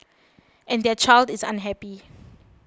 and their child is unhappy